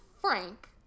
Frank